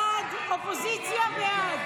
הסתייגות 1107 לא נתקבלה.